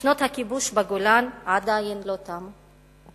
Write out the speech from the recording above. ושנות הכיבוש בגולן עדיין לא תמו.